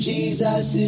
Jesus